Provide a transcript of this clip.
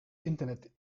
internet